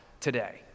today